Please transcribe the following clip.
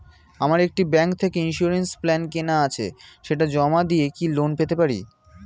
আমার একটি ব্যাংক থেকে ইন্সুরেন্স প্ল্যান কেনা আছে সেটা জমা দিয়ে কি লোন পেতে পারি?